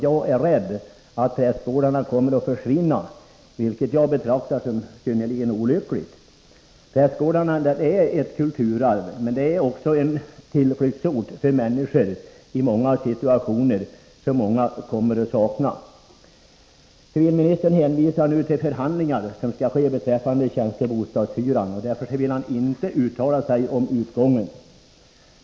Jag är rädd att prästgårdarna kommer att försvinna, vilket jag betraktar som synnerligen olyckligt. Prästgården är ett kulturarv, och för människor i många situationer är den också en tillflyktsort som kommer att saknas av många. Civilministern hänvisar nu till förhandlingar som skall ske beträffande tjänstebostadshyran och vill inte uttala sig om utgången av dem.